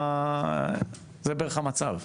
זה בערך המצב.